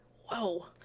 whoa